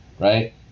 right